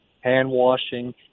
hand-washing